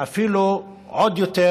ואפילו עוד יותר,